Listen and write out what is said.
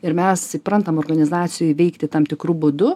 ir mes įprantam organizacijoj veikti tam tikru būdu